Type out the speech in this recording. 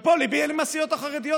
ופה ליבי עם הסיעות החרדיות.